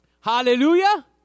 Hallelujah